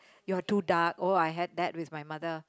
you are too dark oh I had that with my mother